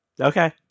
okay